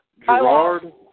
Gerard